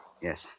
Yes